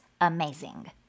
amazing